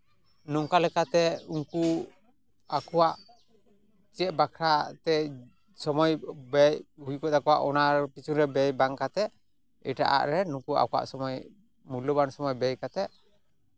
ᱱᱚᱝᱠᱟ ᱞᱮᱠᱟᱛᱮ ᱩᱱᱠᱩ ᱟᱠᱚᱣᱟᱜ ᱪᱮᱫ ᱵᱟᱠᱷᱨᱟ ᱛᱮ ᱥᱚᱢᱚᱭ ᱵᱮᱭ ᱦᱩᱭ ᱠᱚᱜ ᱛᱟᱠᱚᱣᱟ ᱚᱱᱟ ᱯᱤᱪᱷᱚᱱ ᱨᱮ ᱵᱮᱭ ᱵᱟᱝ ᱠᱟᱛᱮ ᱮᱴᱟᱜ ᱟᱜ ᱨᱮ ᱱᱩᱠᱩ ᱟᱠᱚᱣᱟᱜ ᱥᱚᱢᱚᱭ ᱢᱩᱞᱞᱚᱵᱟᱱ ᱥᱚᱢᱚᱭ ᱵᱮᱭ ᱠᱟᱛᱮ